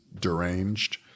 deranged